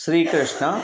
स्रीकृष्णः